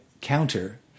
counter